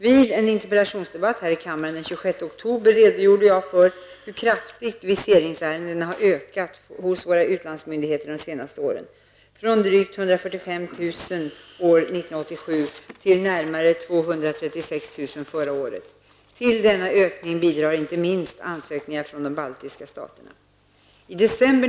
Vid en interpellationsdebatt här i kammren den 26 oktober redogjorde jag för hur kraftigt viseringsärendena ökat hos våra utlandsmyndigheter de senaste åren -- från drygt 145 000 år 1987 till närmare 236 000 förra året. Till denna ökning bidrar inte minst ansökningar från de baltiska staterna.